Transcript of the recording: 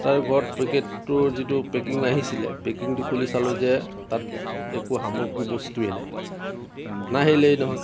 তাপা ঘৰত পেকেটতো যিটো পেকিং আহিছিলে পেকিংটো খুলি চালোঁ যে তাত একো সামগ্ৰী বস্তুৱেই নাই নাহিলেই নহয়